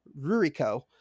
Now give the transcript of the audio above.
Ruriko